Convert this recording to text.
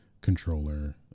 controller